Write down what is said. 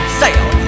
sale